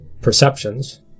perceptions